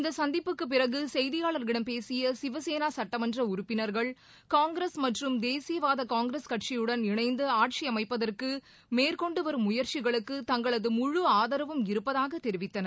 இந்த சந்திப்புக்கு பிறகு செய்தியாளர்களிடம் பேசிய சிவசேனா சுட்டமன்ற உறுப்பினர்கள் காங்கிரஸ் மற்றும் தேசியவாத காங்கிரஸ் கட்சியுடன் இணைந்து ஆட்சி அமைப்பதற்கு மேற்கொண்டுவரும் முயற்சிகளுக்கு தங்களது முழு ஆதரவும் இருப்பதாக தெரிவித்தனர்